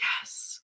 yes